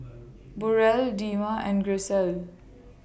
Burrell Dema and Grisel